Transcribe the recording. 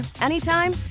anytime